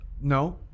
no